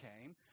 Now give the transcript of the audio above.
came